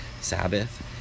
Sabbath